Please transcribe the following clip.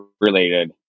related